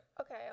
Okay